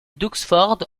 d’oxford